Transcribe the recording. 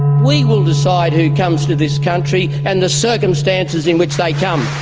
will decide who comes to this country and the circumstances in which they come.